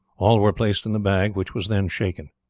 all were placed in the bag, which was then shaken.